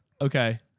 Okay